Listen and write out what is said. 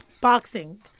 boxing